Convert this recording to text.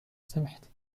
سمحت